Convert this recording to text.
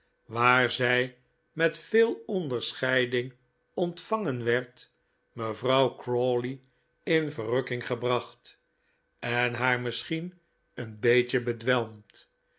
waar zij met veel onderscheiding ontvangen werd mevrouw crawley in verrukking gebracht en haar misschien een beetje